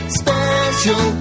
special